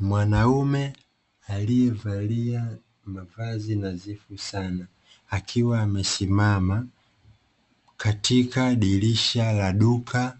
Mwanaume aliyevalia mavazi nadhifu sana, akiwa amesimama katika dirisha la duka